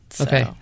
Okay